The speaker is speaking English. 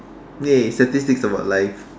!yay! statistics about life